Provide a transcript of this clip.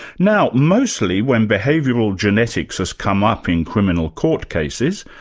now mostly when behavioural genetics has come up in criminal court cases,